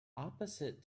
opposite